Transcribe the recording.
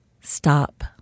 stop